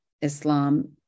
Islam